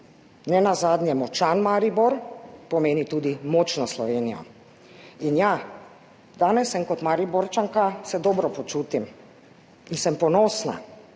Nenazadnje močan Maribor pomeni tudi močno Slovenijo.« Ja, danes se kot Mariborčanka dobro počutim in sem ponosna,